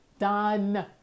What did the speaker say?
done